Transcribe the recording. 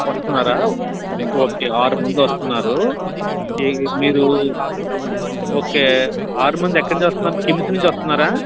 వస్తున్నారా ఓకే ఆరు మంది వస్తున్నారు మీరు ఓకే ఆరు మంది ఎక్కడ నుంచి వస్తున్నారు కిమ్స్ నుంచి వస్తున్నారా